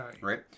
Right